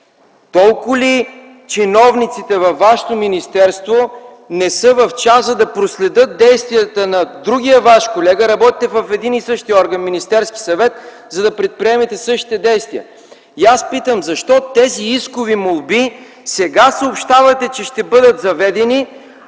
Толкова ли чиновниците във вашето министерство не са в час, за да проследят действията на другия ваш колега? Работите в един и същи орган – Министерския съвет, за да предприемете същите действия. Аз питам: защо сега съобщавате, че тези искови молби сега ще бъдат заведени,